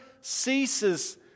ceases